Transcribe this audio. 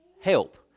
help